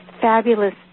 fabulous